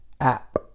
app